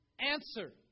answer